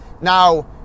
Now